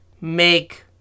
make